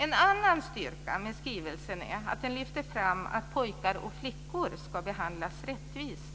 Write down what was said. En annan styrka med skrivelsen är att den lyfter fram att pojkar och flickor ska behandlas rättvist,